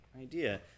idea